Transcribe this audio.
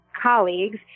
colleagues